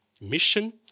mission